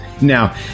Now